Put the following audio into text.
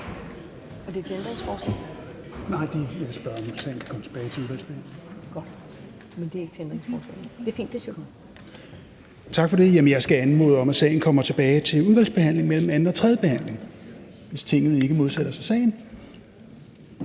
Jeg skal anmode om, at sagen kommer tilbage til udvalgsbehandling mellem anden og tredje behandling, hvis Tinget ikke modsætter sig sagen.